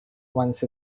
once